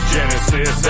Genesis